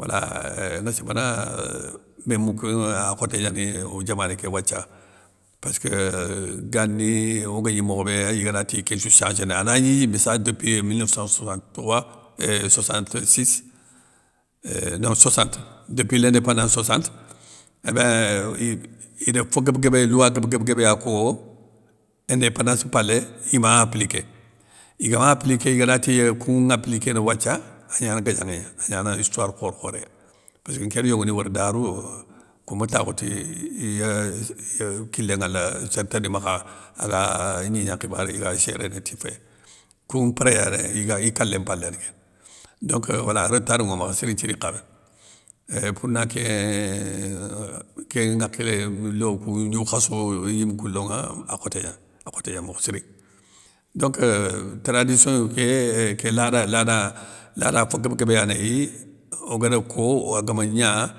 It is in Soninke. Wala éuuhh nŋa simana mémoukénŋa a khoté gnani, o diamané ké wathia, passkeu gani ogagni mokhobé i ganatiy késsou sangéné anagni méssa depuis mille neuf cent soixante trois éeehhh soixante six, no soixante depui léndépendansse soixante, ébéinnn ide fo guéb guébé louwa guéb guébé ya ko, indépandansse mpalé ima appliké, igama appliké iganatiy koun applikéné wathia. agna gadianŋé gna, agnana histoire khor khoréya, pésskeu nké ri yogoni wori darou, kouma takhou ti iya kilé nŋwala sér tana ni makha aga gnignan nkhibaré iga géréné ti fé, koun mpré ya iga i kalé mpalane kénŋa. Donc wala retar ŋo makha siri nthiri nkha méné. Euuuhhh pour na kén, kén nŋakhilé lo koun gnougkhasso yikonlonŋa a khoté gnani, akhoté gnani mokho siri. Donc tradission ké ké lada lada lada fo guéb guébé ya néyi ogar ko, agama gna